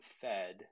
Fed